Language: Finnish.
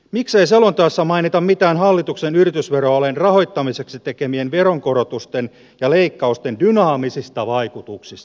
miksei selonteossa mainita mitään hallituksen yritysveroalen rahoittamiseksi tekemien veronkorotusten ja leikkausten dynaamisista vaikutuksista